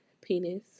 penis